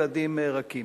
ילדים רכים.